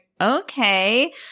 okay